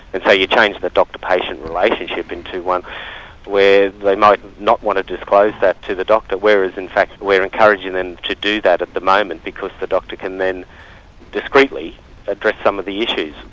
and so you change the doctor-patient relationship into one where they might not want to disclose that to the doctor, whereas in fact we're encouraging them to do that at the moment, because the doctor can then discreetly address some of the issues,